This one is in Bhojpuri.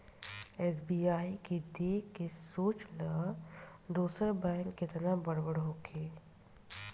एस.बी.आई के देख के सोच ल दोसर बैंक केतना बड़ बड़ होखी